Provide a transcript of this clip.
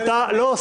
לא.